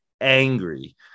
angry